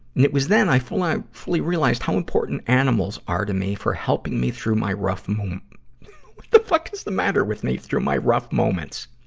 and it was then i fully fully realized how important animals are to me for helping me through my rough moom what the fuck is the matter with me! through my rough moments.